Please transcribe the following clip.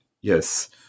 yes